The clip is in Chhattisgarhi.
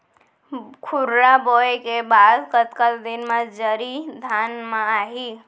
खुर्रा बोए के बाद कतका दिन म जरी धान म आही?